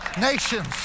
nations